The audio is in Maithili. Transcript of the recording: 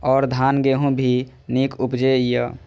और धान गेहूँ भी निक उपजे ईय?